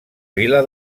vila